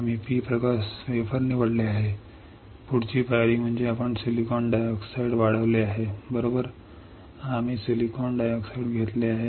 आम्ही P प्रकार silicon wafer निवडले आहे पुढची पायरी म्हणजे आपण सिलिकॉन डाय ऑक्साईड वाढवले आहे बरोबर आम्ही सिलिकॉन डाय ऑक्साईड घेतले आहे